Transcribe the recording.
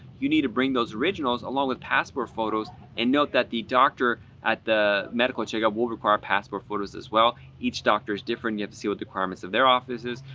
you need to bring those originals along with passport photos and note that the doctor at the medical checkup will require passport photos as well. each doctor is different, you have to see what the requirements of their office is,